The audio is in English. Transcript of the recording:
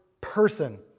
person